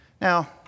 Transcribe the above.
Now